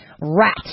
rat